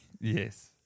Yes